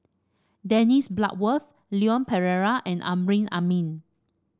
Dennis Bloodworth Leon Perera and Amrin Amin